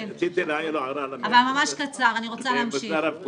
כן, רציתי להעיר הערה לנציג מוסד הרב קוק.